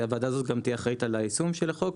הוועדה הזאת תהיה גם אחראית ליישום החוק,